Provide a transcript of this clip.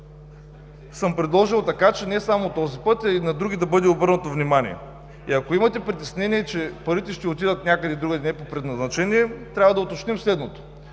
съм предложил така, че не само този път, а и на други, да бъде обърнато внимание. Ако имате притеснение, че парите ще отидат някъде другаде, не по предназначение, трябва да уточним следното: